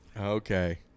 Okay